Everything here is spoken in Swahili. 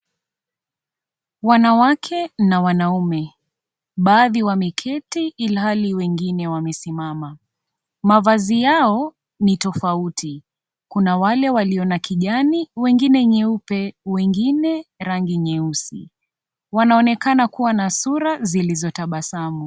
Wanawake na wanaume, baadhi wameketi ilhali wengine wamesimama. Mavazi yao ni tofauti. Kuna wale walio na kijani, wengine nyeupe, wengine rangi nyeusi. Wanaonekana kuwa na sura zilizotabasamu.